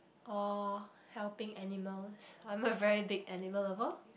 or helping animals I'm a very big animal lover